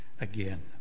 again